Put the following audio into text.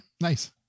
nice